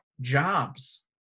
jobs